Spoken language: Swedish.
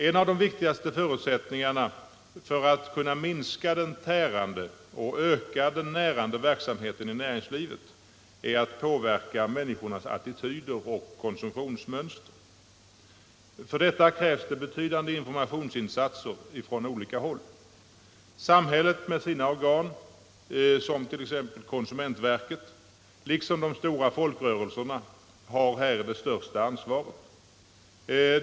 En av de viktigaste förutsättningarna för att kunna minska den tärande och öka den närande verksamheten i näringslivet är att man påverkar människornas attityder och konsumtionsmönster. För detta krävs betydande informationsinsatser från olika håll. Samhället med sina organ, såsom konsumentverket, liksom de stora folkrörelserna har här det största ansvaret.